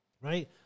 Right